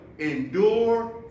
endure